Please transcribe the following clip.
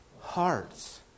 Hearts